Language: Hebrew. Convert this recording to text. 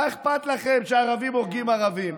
מה אכפת לכם שערבים הורגים ערבים?